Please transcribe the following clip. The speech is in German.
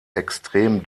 extrem